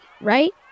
right